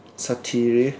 ꯁꯥꯊꯤꯔꯤ